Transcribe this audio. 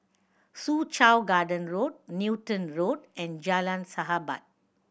Soo Chow Garden Road Newton Road and Jalan Sahabat